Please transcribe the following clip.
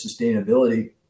sustainability